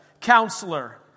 Counselor